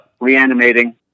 reanimating